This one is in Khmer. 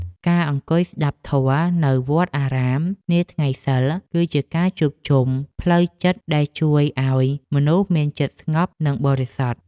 ការអង្គុយស្ដាប់ធម៌នៅវត្តអារាមនាថ្ងៃសីល គឺជាការជួបជុំបែបផ្លូវចិត្តដែលជួយឱ្យមនុស្សមានចិត្តស្ងប់និងបរិសុទ្ធ។